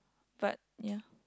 but ya